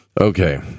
Okay